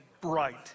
bright